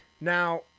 Now